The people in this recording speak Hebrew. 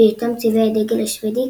בהיותם צבעי הדגל השוודי,